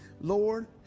Lord